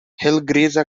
helgriza